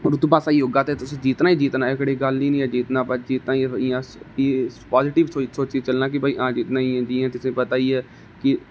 रुतबा स्हेई होगा ते तुसे जितना ही जितना ऐ एह्कड़ी गल्ल ही नी कि जित्तना जां नेई सिर्फ इयां गे अस पाॅजिटब सोची चलना कि भाई हां जित्तना गै है जियां तुसें गी पता है कि